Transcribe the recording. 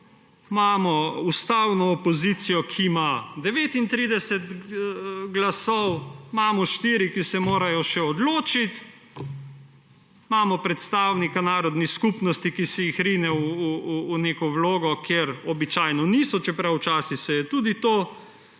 imamo ustavno opozicijo, ki ima 39 glasov, imamo štiri, ki se morajo še odločiti, imamo predstavnika narodne skupnosti, ki se jih rine v neko vlogo, kjer običajno niso, čeprav se je včasih tudi to